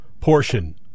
portion